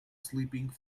sleeping